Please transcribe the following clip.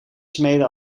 smeden